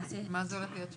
מה זה הולך להיות שם?